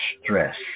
stress